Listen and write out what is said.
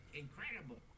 incredible